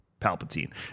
Palpatine